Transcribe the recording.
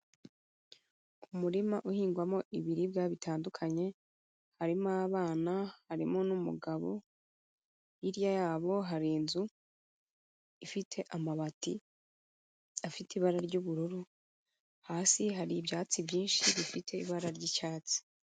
Umurima uhingwamo ibiribwa bitandukanye, harimo abana harimo n'umugabo, hirya yabo hari inzu ifite amabati afite ibara ry'ubururu, hasi hari ibyatsi byinshi bifite ibara ry'icyatsi.